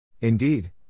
Indeed